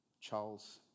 Charles